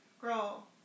Girl